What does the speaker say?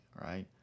right